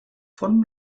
von